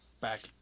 back